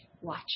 Watch